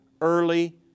early